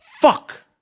fuck